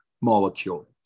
molecule